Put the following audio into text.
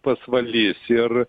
pasvalys ir